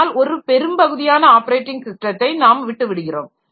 அதனால் ஒரு பெரும்பகுதியான ஆப்பரேட்டிங் ஸிஸ்டத்தை நாம் விட்டுவிடுகிறோம்